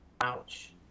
Ouch